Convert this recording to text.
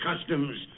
customs